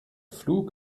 flug